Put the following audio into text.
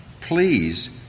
please